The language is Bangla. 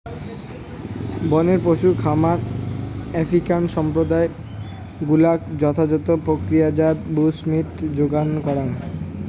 বনের পশু খামার আফ্রিকান সম্প্রদায় গুলাক যথাযথ প্রক্রিয়াজাত বুশমীট যোগান করাং